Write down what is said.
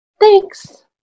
Thanks